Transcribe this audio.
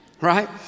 right